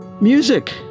Music